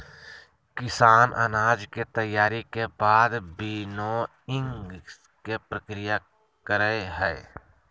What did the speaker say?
किसान अनाज के तैयारी के बाद विनोइंग के प्रक्रिया करई हई